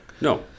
No